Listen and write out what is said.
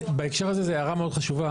בהקשר הזה זו הערה מאוד חשובה,